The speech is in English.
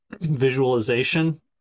visualization